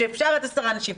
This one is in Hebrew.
כשאפשר עד 10 אנשים.